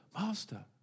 Master